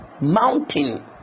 mountain